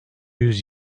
yüz